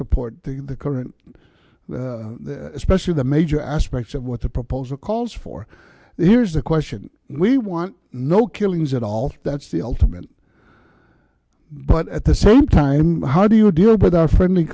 support the current especially the major aspects of what the proposal calls for here's the question we want no killings at all that's the ultimate but at the same time how do you deal with the friendly